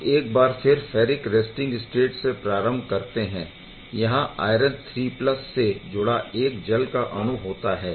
हम एक बार फिर फैरिक रैस्टिंग स्टेट से प्रारम्भ करते है यहाँ आयरन III से जुड़ा एक जल का अणु होता है